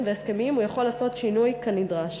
והסכמים הוא יכול לעשות שינוי כנדרש.